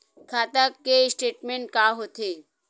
खाता के स्टेटमेंट का होथे?